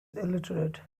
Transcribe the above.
illiterate